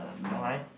no right